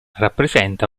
rappresenta